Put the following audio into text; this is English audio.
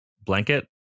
blanket